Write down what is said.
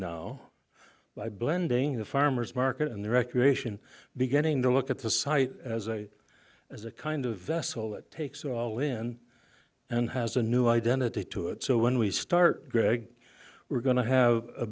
now by blending the farmer's market and the recreation beginning to look at the site as a as a kind of vessel that takes all in and has a new identity to it so when we start greg we're going to have a